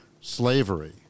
slavery